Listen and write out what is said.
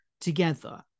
together